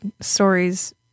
stories